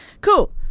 Cool